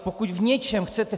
Pokud v něčem chcete...